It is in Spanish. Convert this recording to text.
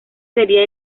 sería